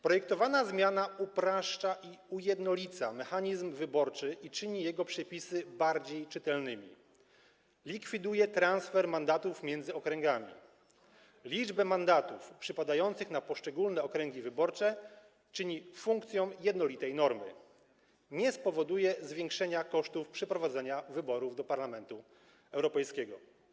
Projektowana zmiana upraszcza i ujednolica mechanizm wyborczy i czyni jego przepisy bardziej czytelnymi, likwiduje transfer mandatów między okręgami, liczbę mandatów przypadających na poszczególne okręgi wyborcze czyni funkcją jednolitej normy, nie spowoduje zwiększenia kosztów przeprowadzenia wyborów do Parlamentu Europejskiego.